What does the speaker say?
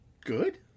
good